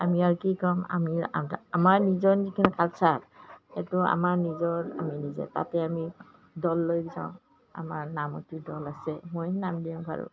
আমি আৰু কি ক'ম আমি আমাৰ নিজৰ যিখিনি কালচাৰ সেইটো আমাৰ নিজৰ আমি নিজে তাতে আমি দল লৈ যাওঁ আমাৰ নামতী দল আছে মই নাম দিওঁ বাৰু